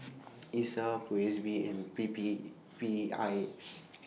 Isa P O S B and P P I S